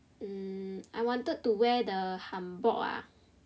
I wanted to wear the hanbok ah